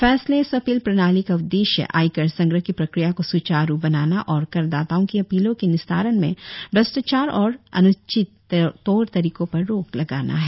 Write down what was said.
faceless appeal प्रणाली का उद्देश्य आयकर संग्रह की प्रकिया को स्चारू बनाना और करदाताओं की अपीलों के निस्तारण में भ्रष्टाचार और अन्चित तौर तरीकों पर रोक लगाना है